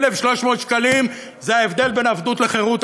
1,300 שקלים זה ההבדל בין עבדות לחירות,